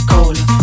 Cola